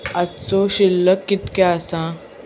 आजचो शिल्लक कीतक्या आसा?